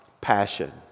passion